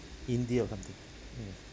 india or something mm